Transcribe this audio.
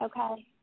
Okay